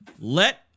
Let